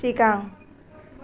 सिगां